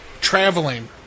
traveling